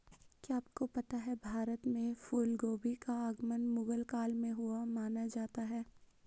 क्या आपको पता है भारत में फूलगोभी का आगमन मुगल काल में हुआ माना जाता है?